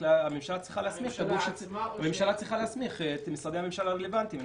הממשלה צריכה להסמיך את משרדי הממשלה הרלוונטיים.